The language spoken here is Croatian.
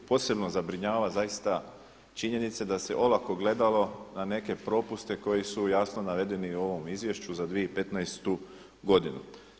Posebno zabrinjava zaista činjenica da se olako gledalo na neke propuste koji su jasno navedeni u ovom Izvješću za 2015. godinu.